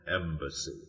embassy